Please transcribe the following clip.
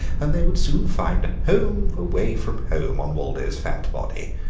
and they would soon find a home away from home on waldo's fat body.